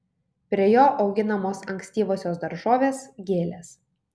prie jo auginamos ankstyvosios daržovės gėlės